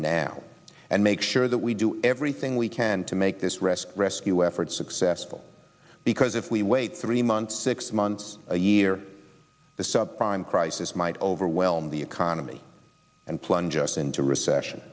now and make sure that we do everything we can to make this rest rescue effort successful because if we wait three months six months a year the subprime crisis might overwhelm the economy and plunge us into recession